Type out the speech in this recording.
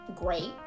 great